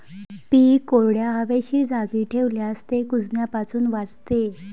पीक कोरड्या, हवेशीर जागी ठेवल्यास ते कुजण्यापासून वाचते